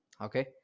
okay